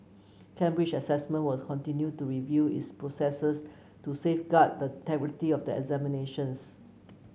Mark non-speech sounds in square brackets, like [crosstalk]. Cambridge Assessment was continue to review its processes to safeguard the [unintelligible] of the examinations